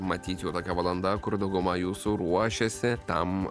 matyt jau tokia valanda kur dauguma jūsų ruošiasi tam